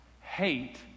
Hate